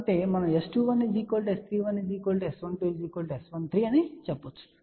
కాబట్టి మనముS21 S31 S12 S13 అని చెప్పగలం